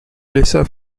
laissa